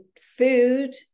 Food